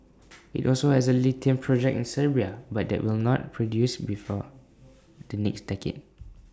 IT also has A lithium project in Serbia but that will not produce before the next decade